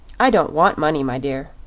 i don't want money, my dear.